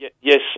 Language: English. Yes